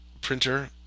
printer